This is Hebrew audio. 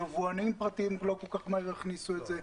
יבואנים פרטיים לא כל כך מהר יכניסו את זה,